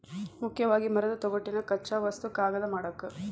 ಮುಖ್ಯವಾಗಿ ಮರದ ತೊಗಟಿನ ಕಚ್ಚಾ ವಸ್ತು ಕಾಗದಾ ಮಾಡಾಕ